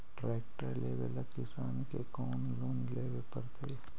Tractor लेवेला किसान के कौन लोन लेवे पड़तई?